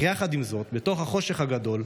עם זאת, בתוך החושך הגדול,